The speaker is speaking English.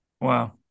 Wow